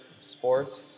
sport